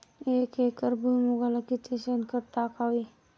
एक एकर भुईमुगाला किती शेणखत टाकावे?